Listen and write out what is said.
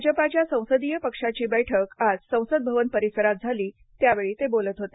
भाजपाच्या संसदीय पक्षाची बैठक आज संसद भवन परिसरात झाली त्यावेळी ते बोलत होते